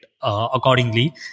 accordingly